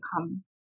come